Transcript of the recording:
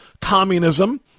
communism